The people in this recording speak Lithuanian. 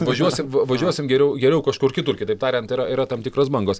važiuosim va važiuosim geriau geriau kažkur kitur kitaip tariant tai yra yra tam tikros bangos